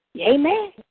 Amen